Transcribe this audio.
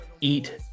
eat